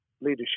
leadership